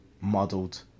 muddled